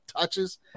touches